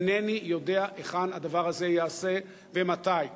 אינני יודע היכן הדבר הזה ייעשה ומתי,